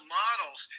models